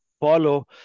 follow